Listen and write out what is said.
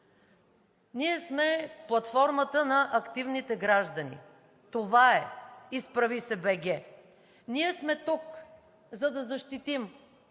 Ние сме платформата на активните граждани – това е „Изправи се БГ“. Ние сме тук, за да защитим